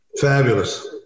Fabulous